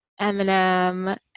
Eminem